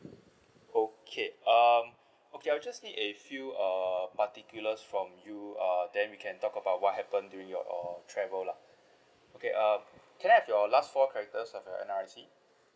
okay um okay I will just need a few err particulars from you uh then we can talk about what happened during your travel lah okay uh can I have your last four characters of your N_R_I_C